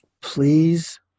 please